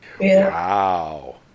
Wow